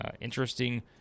interesting